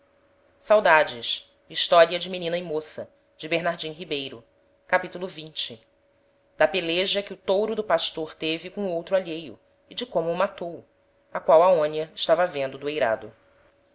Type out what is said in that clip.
a morrer capitulo xx da peleja que o touro do pastor teve com outro alheio e de como o matou a qual aonia estava vendo do eirado